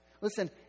Listen